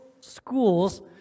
schools